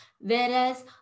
Whereas